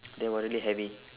they were really heavy